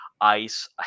ice